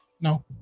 No